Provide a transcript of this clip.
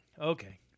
Okay